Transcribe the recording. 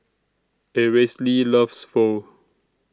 Aracely loves Pho